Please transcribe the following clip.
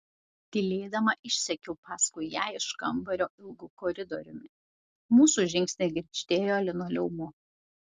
tylėdama išsekiau paskui ją iš kambario ilgu koridoriumi mūsų žingsniai girgždėjo linoleumu